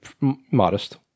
modest